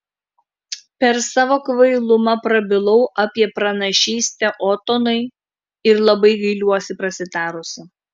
per savo kvailumą prabilau apie pranašystę otonui ir labai gailiuosi prasitarusi